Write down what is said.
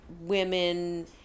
women